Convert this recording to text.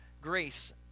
Grace